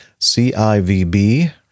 CIVB